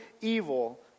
evil